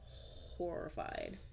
horrified